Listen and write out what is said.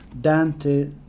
Dante